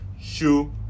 shoe